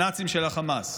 הנאצים של החמאס.